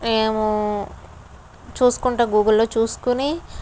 మేము చూసుకుంటూ గూగుల్లో చూసుకుని